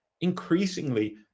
Increasingly